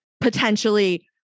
potentially